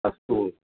अस्तु